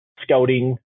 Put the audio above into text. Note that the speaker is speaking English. scouting